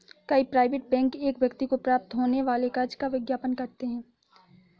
कई private bank एक व्यक्ति को प्राप्त होने वाले कर्ज का विज्ञापन करते हैं